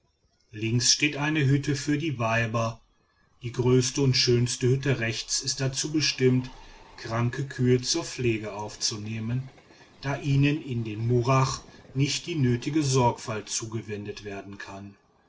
links steht eine hütte für die weiber die größte und schönste hütte rechts ist dazu bestimmt kranke kühe zur pflege aufzunehmen da ihnen in den murach nicht die nötige sorgfalt zugewendet werden kann